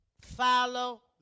Follow